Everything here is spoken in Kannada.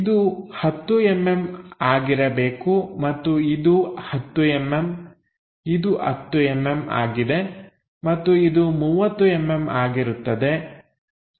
ಇದು 10mm ಆಗಿರಬೇಕು ಮತ್ತು ಇದು 10mm ಇದು 10mm ಆಗಿದೆ ಮತ್ತು ಇದು 30mm ಆಗಿರುತ್ತದೆ